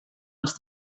els